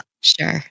Sure